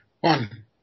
One